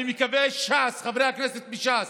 אני מקווה שש"ס, חברי הכנסת מש"ס,